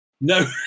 No